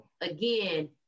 again